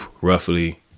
roughly